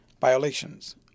Violations